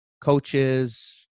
coaches